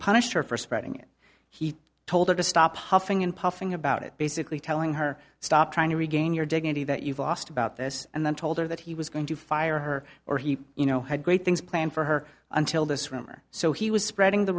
punished her for spreading it he told her to stop huffing and puffing about it basically telling her stop trying to regain your dignity that you've lost about this and then told her that he was going to fire her or he you know had great things planned for her until this rumor so he was spreading the